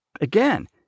again